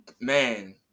man